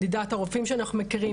נדידת הרופאים שאנחנו מכירים,